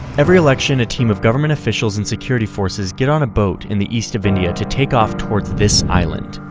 every election a team of government officials and security forces, get on a boat in the east of india to take off towards this island.